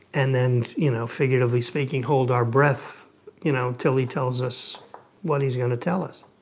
and then, you know, figuratively speaking, hold our breath you know until he tells us what he's going to tell us.